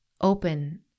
open